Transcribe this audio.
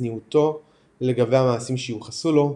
וצניעותו לבין המעשים שיוחסו לו,